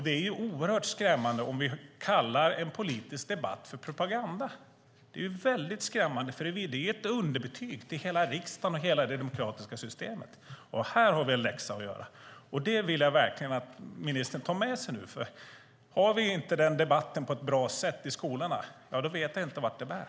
Det är oerhört skrämmande om vi kallar en politisk debatt för propaganda. Det är väldigt skrämmande, för det blir ett underbetyg till hela riksdagen och hela det demokratiska systemet. Här har vi en läxa att göra, och det vill jag verkligen att ministern tar med sig nu. Tar vi inte debatten på ett bra sätt i skolorna - ja, då vet vi inte vart det bär.